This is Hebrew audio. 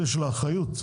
האחריות,